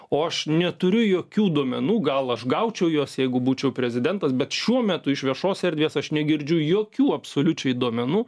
o aš neturiu jokių duomenų gal aš gaučiau juos jeigu būčiau prezidentas bet šiuo metu iš viešos erdvės aš negirdžiu jokių absoliučiai duomenų